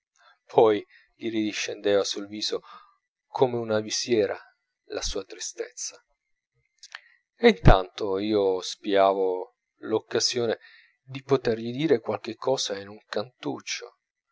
poi gli ridiscendeva sul viso come una visiera la sua tristezza e intanto io spiavo l'occasione di potergli dir qualche cosa in un cantuccio